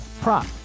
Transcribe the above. prop